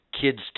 Kids